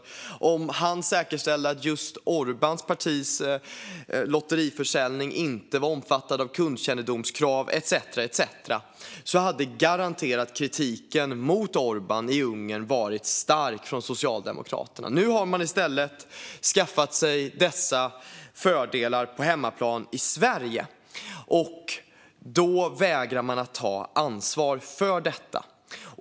Tänk om Orbán säkerställde att just hans partis lotteriförsäljning inte var omfattad av kundkännedomskrav etcetera! Då hade kritiken mot Orbán i Ungern garanterat varit stark från Socialdemokraterna. Nu har man i stället skaffat sig dessa fördelar på hemmaplan i Sverige, och då vägrar man att ta ansvar för det.